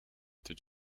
did